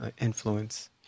influence